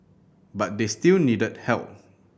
but they still needed help